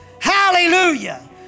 Hallelujah